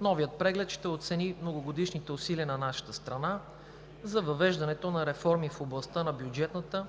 Новият преглед ще оцени многогодишните усилия на нашата страна за въвеждането на реформи в областта на бюджета